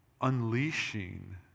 unleashing